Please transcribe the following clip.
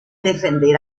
defender